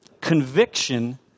conviction